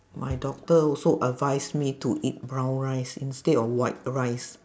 my doctor also advised me to eat brown rice instead of white rice